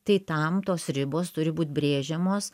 tai tam tos ribos turi būt brėžiamos